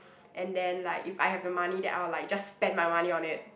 and then like if I have the money then I will like just spend my money on it